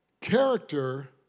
character